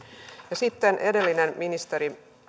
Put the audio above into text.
ja sitten edellinen ministeri